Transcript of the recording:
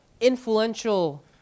influential